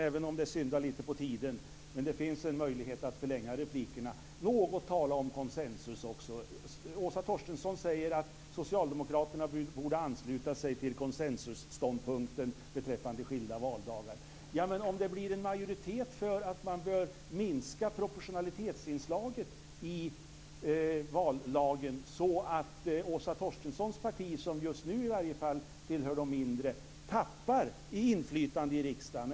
Även om jag syndar lite när det gäller tiden - det finns en möjlighet att förlänga replikerna - vill jag, fru talman, något tala också om konsensus. Åsa Torstensson säger att socialdemokraterna borde ansluta sig till konsensusståndpunkten beträffande skilda valdagar. Tänk om det blir en majoritet för att man bör minska proportionalitetsinslaget i vallagen så att Åsa Torstenssons parti, som i varje fall just nu tillhör de mindre, tappar i inflytande i riksdagen.